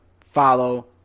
follow